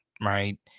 right